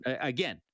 Again